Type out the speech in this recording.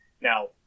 Now